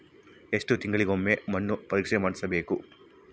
ಎಷ್ಟು ತಿಂಗಳಿಗೆ ಒಮ್ಮೆ ಮಣ್ಣು ಪರೇಕ್ಷೆ ಮಾಡಿಸಬೇಕು?